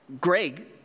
Greg